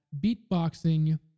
beatboxing